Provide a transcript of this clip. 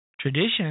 tradition